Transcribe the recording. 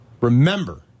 remember